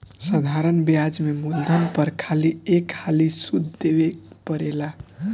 साधारण ब्याज में मूलधन पर खाली एक हाली सुध देवे परेला